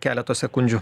keleto sekundžių